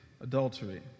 adultery